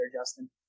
Justin